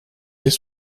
dès